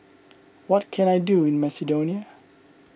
what can I do in Macedonia